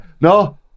No